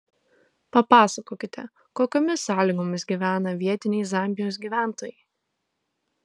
papasakokite kokiomis sąlygomis gyvena vietiniai zambijos gyventojai